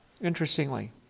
interestingly